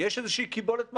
יש איזושהי קיבולת מקסימלית.